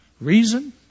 Reason